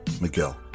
Miguel